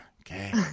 okay